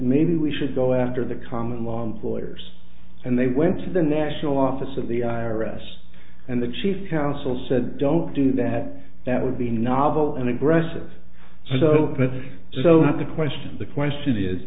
maybe we should go after the common law employers and they went to the national office of the i r s and the chief counsel said don't do that that would be novel and aggressive so pretty so the question of the question is